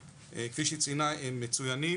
כפי שהיא ציינה הם מצוינים,